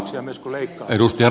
arvoisa puhemies